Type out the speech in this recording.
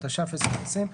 התש"ף-2020,